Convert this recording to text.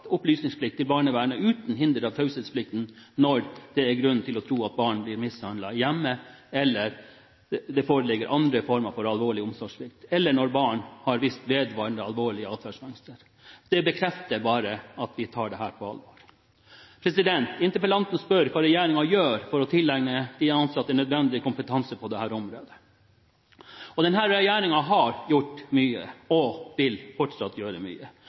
grunn til å tro at et barn blir mishandlet i hjemmet, eller at det foregår andre former for alvorlig omsorgssvikt, eller når et barn har vist vedvarende alvorlige atferdsvansker. Det bekrefter bare at vi tar dette på alvor. Interpellanten spør hva regjeringen gjør for at de ansatte får tilegnet seg nødvendig kompetanse på dette området. Denne regjeringen har gjort mye og vil fortsatt gjøre mye.